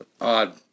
Odd